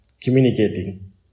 communicating